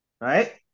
right